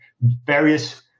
various